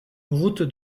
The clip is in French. route